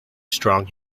strong